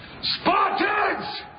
Spartans